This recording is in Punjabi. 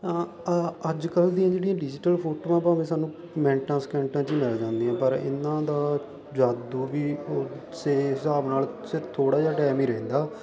ਅੱਜ ਕੱਲ੍ਹ ਦੀਆਂ ਜਿਹੜੀਆਂ ਡਿਜੀਟਲ ਫੋਟੋਆਂ ਭਾਵੇਂ ਸਾਨੂੰ ਮਿੰਟਾਂ ਸਕਿੰਟਾਂ 'ਚ ਮਿਲ ਜਾਂਦੀਆਂ ਪਰ ਇਹਨਾਂ ਦਾ ਜਾਦੂ ਵੀ ਉਸੇ ਹਿਸਾਬ ਨਾਲ ਸਿਰ ਥੋੜ੍ਹਾ ਜਿਹਾ ਟਾਈਮ ਹੀ ਰਹਿੰਦਾ